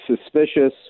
suspicious